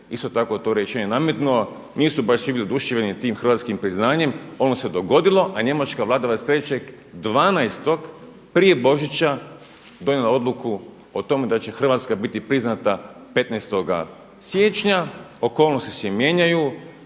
isto tako to rečeno nametnuo. Nisu baš svi bili oduševljeni tim hrvatskim priznanjem, ono se dogodilo, a njemačka vlada 23.12. prije Božića donijela odluku o tome da će Hrvatska biti priznata 15. siječnja, okolnosti se mijenjaju,